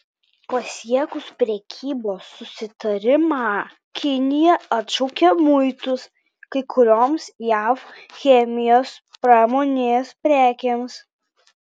pasiekus prekybos susitarimą kinija atšaukė muitus kai kurioms jav chemijos pramonės prekėms